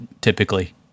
typically